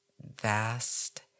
vast